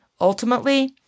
Ultimately